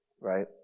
right